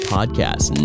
Podcast